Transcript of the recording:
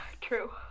True